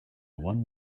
one